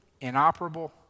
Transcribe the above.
inoperable